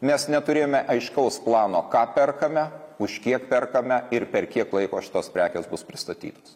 mes neturėjome aiškaus plano ką perkame už kiek perkame ir per kiek laiko šitos prekės bus pristatytos